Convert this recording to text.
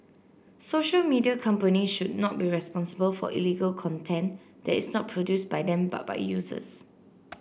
social media company should not be responsible for illegal content that is not produced by them but by users